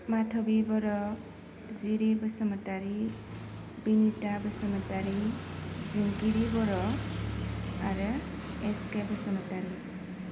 माध'बि बर' जिरि बसुमतारि बिनिता बसुमतारि जिनजिरि बर' आरो एसके बसुमतारि